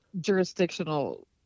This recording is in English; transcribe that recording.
Jurisdictional